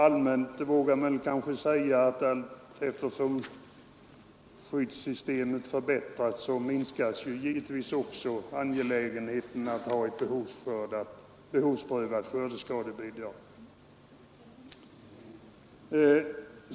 Allmänt vågar man kanske säga att allteftersom skyddssystemet förbättras minskar också angelägenheten att ha ett behovsprövat skördeskadebidrag.